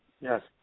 Yes